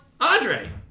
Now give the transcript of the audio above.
Andre